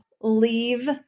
leave